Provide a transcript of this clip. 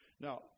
Now